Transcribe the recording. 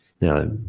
Now